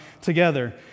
together